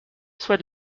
soit